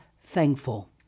Thankful